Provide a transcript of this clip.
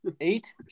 Eight